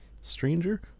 stranger